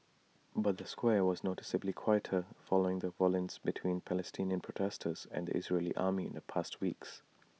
but the square was noticeably quieter following the violence between Palestinian protesters and the Israeli army in the past weeks